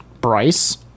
Bryce